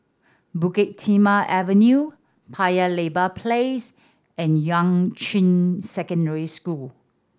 Bukit Timah Avenue Paya Lebar Place and Yuan Ching Secondary School